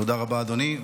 תודה רבה, אדוני.